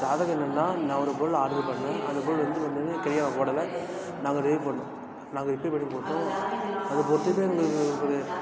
காரணம் சொல்லணும்னா நான் ஒரு பொருள் ஆட்ரு பண்ணேன் அந்த பொருள் வந்து கடிகாரம் ஓடலை நாங்கள் ரெடி பண்ணோம் நாங்கள் ரிப்பேர் பண்ணி போட்டோம் அது போட்டுட்டு அந்த